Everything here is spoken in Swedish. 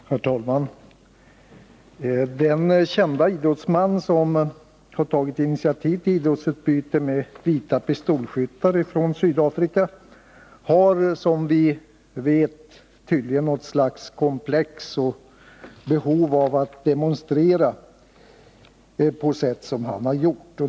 Herr talman! Den kände idrottsman som har tagit initiativet till idrottsutbyte med vita pistolskyttar från Sydafrika har, som vi vet, tydligen något slags komplex och behov av att demonstrera på sätt som han har gjort.